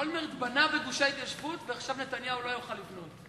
אולמרט בנה בגושי ההתיישבות ועכשיו נתניהו לא יוכל לבנות.